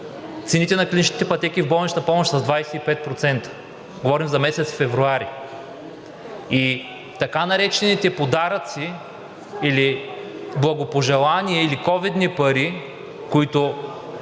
цените на клиничните пътеки в болничната помощ с 25%. Говоря за месец февруари и така наречените подаръци или благопожелания, или ковидни пари, които,